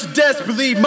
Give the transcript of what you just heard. desperately